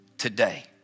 Today